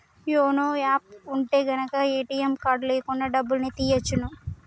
YONO app ఉంటె గనక ATM card లేకున్నా డబ్బుల్ని తియ్యచ్చును